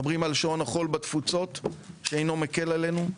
מדברים על שעון חול בתפוצות שאינו מקל עלינו,